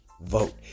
vote